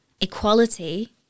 equality